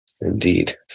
indeed